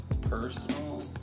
personal